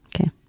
Okay